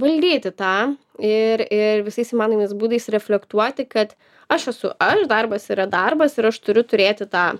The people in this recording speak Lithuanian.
valdyti tą ir ir visais įmanomais būdais reflektuoti kad aš esu aš darbas yra darbas ir aš turiu turėti tą